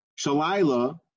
Shalila